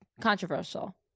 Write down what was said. Controversial